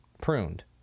pruned